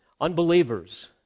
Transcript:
unbelievers